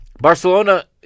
Barcelona